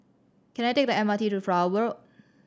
can I take the M R T to Flower Road